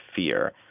fear